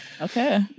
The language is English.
Okay